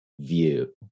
view